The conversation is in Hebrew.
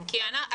נוכל.